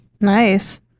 Nice